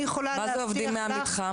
מה זה עובדים מהמתחם?